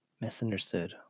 misunderstood